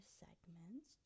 segments